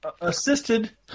assisted